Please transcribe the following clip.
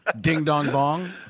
Ding-dong-bong